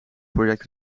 project